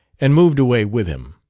and moved away with him.